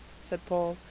said paul,